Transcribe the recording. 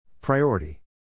Priority